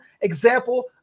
example